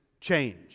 change